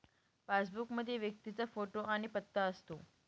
passbook मध्ये व्यक्तीचा photo आणि पत्ता असतो